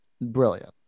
brilliant